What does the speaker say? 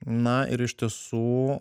na ir iš tiesų